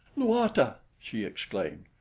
luata! she exclaimed.